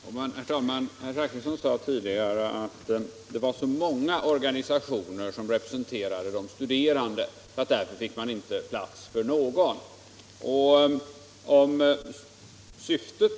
Herr talman! Herr Zachrisson sade tidigare att det var så många organisationer som representerade de studerande, att man inte fick plats för någon i utredningen.